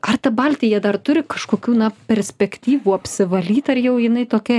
ar ta baltija dar turi kažkokių na perspektyvų apsivalyt ar jau jinai tokia